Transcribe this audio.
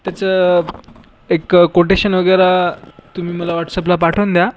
त्याचं एक कोटेशन वगैरे तुम्ही मला व्हाट्सअपला पाठवून द्या